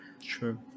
sure